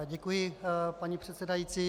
Děkuji, paní předsedající.